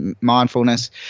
mindfulness